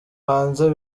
hanze